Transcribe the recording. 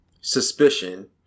suspicion